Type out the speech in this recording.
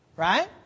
Right